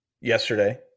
yesterday